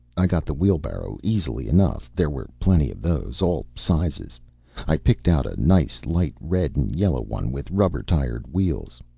i got the wheelbarrow easily enough there were plenty of those, all sizes i picked out a nice light red-and-yellow one with rubber-tired wheel.